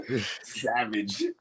Savage